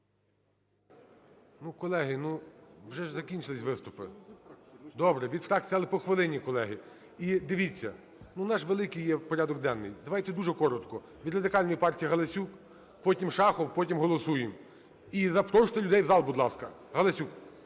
Колеги, ну, вже ж закінчились виступи. Добре, від фракцій, але по хвилині, колеги. І, дивіться, у нас же великий порядок денний, давайте дуже коротко. Від Радикальної партії Галасюк, потім – Шахов, потім голосуємо. І запрошуйте людей в зал, будь ласка. Галасюк.